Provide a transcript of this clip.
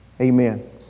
Amen